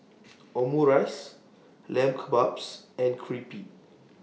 Omurice Lamb Kebabs and Crepe